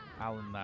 Alan